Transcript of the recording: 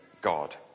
God